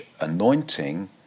anointing